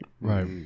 Right